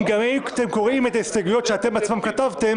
אם אתם קוראים את ההסתייגויות שאתם עצמכם כתבתם